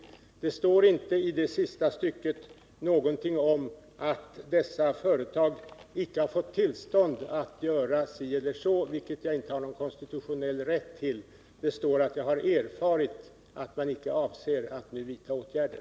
I det sista stycket av svaret står det inte någonting om att dessa företag inte har fått tillstånd att göra si eller så — vilket jag inte har någon konstitutionell rätt att bestämma — utan det står bara att jag har erfarit att man icke avser att nu vidta åtgärder.